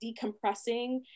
decompressing